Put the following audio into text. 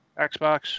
Xbox